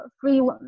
free